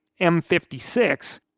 M56